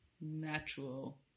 natural